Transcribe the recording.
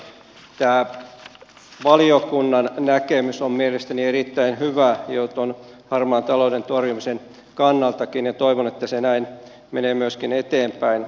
tämä valiokunnan näkemys on mielestäni erittäin hyvä jo tuon harmaan talouden torjumisen kannaltakin ja toivon että se näin menee myöskin eteenpäin